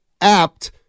apt